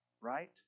right